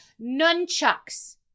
Nunchucks